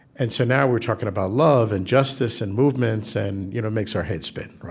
and so now we're talking about love and justice and movements, and you know it makes our heads spin.